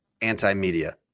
anti-media